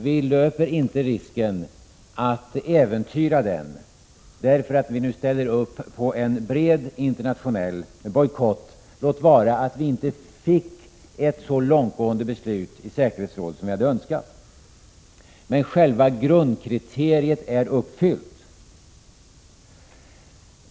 Vi löper inte risk att äventyra den för att vi nu ställer upp på en bred internationell bojkott — låt vara att beslutet i säkerhetsrådet inte blev så långtgående som vi hade önskat, men själva grundkriteriet är uppfyllt.